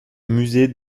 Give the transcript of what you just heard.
musée